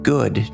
Good